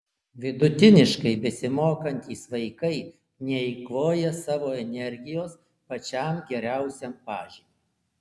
vidutiniškai besimokantys vaikai neeikvoja savo energijos pačiam geriausiam pažymiui